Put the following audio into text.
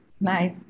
Nice